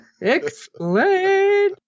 Explain